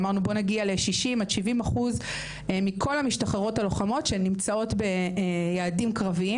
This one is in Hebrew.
היה להגיע ל- 60-70 אחוזים מכל הלוחמות שנמצאות ביעדים קרביים.